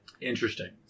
Interesting